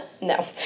no